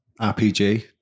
rpg